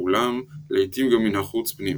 אולם לעיתים גם מן החוץ פנימה.